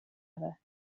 other